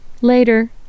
Later